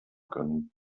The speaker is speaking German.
können